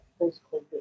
post-covid